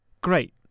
Great